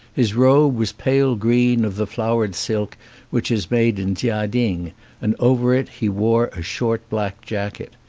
his robe was pale green of the flowered silk which is made in chia ting, and over it he wore a short black jacket.